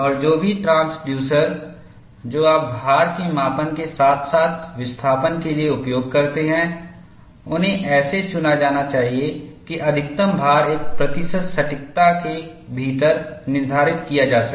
और जो भी ट्रांसड्यूसर जो आप भार के मापन के साथ साथ विस्थापन के लिए उपयोग करते हैं उन्हें ऐसे चुना जाना है कि अधिकतम भार एक प्रतिशत सटीकता के भीतर निर्धारित किया जा सके